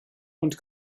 und